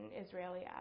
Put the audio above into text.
Israeli